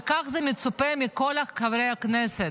וכך מצופה מכל חברי הכנסת.